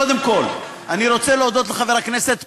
קודם כול אני רוצה להודות לחבר הכנסת פרי,